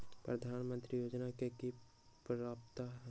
प्रधानमंत्री योजना के की की पात्रता है?